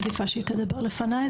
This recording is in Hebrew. את מעדיפה שהיא תדבר לפניי?